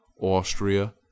Austria